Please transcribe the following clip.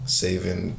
saving